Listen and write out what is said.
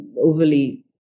overly